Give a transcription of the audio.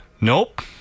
Nope